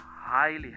highly